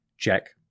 check